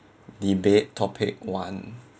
debate topic one